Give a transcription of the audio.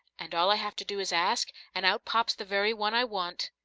and all i have to do is ask, and out pops the very one i want.